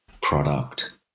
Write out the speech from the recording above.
product